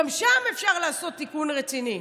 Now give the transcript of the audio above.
גם שם אפשר לעשות תיקון רציני,